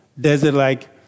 desert-like